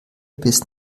bis